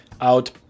out